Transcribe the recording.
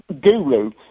guru